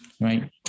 right